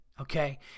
okay